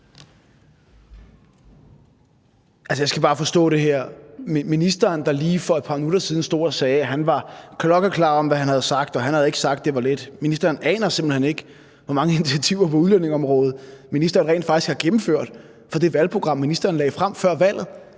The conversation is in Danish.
Ministeren, der lige for et par minutter siden stod og sagde, at han var klokkeklar om, hvad han havde sagt, og at han ikke havde sagt, at det var let, aner simpelt hen ikke, hvor mange initiativer på udlændingeområdet fra det valgprogram, ministeren lagde frem før valget,